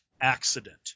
accident